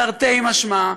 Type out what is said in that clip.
תרתי משמע,